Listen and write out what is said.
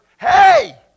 Hey